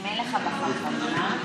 נראה את זה כהישג אדיר.